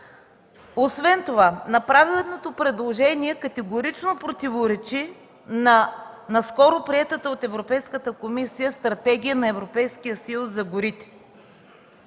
Освен това направеното предложение категорично противоречи на наскоро приетата от Европейската комисия Стратегия на Европейския съюз за горите.